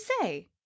say